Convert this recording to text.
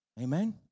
Amen